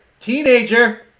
Teenager